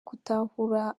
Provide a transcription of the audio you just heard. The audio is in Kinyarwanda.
gutahura